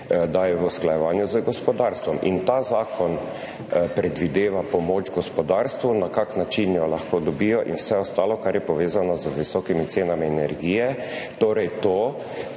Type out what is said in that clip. da je v usklajevanju z gospodarstvom. In ta zakon predvideva pomoč gospodarstvu, na kak način jo lahko dobijo in vse ostalo, kar je povezano z visokimi cenami energije. Torej to,